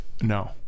No